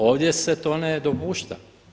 Ovdje se to ne dopušta.